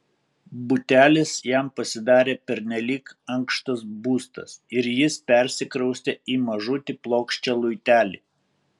butelis jam pasidarė pernelyg ankštas būstas ir jis persikraustė į mažutį plokščią luitelį